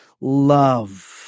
love